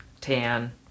tan